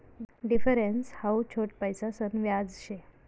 difference हाऊ छोट पैसासन व्याज शे